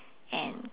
and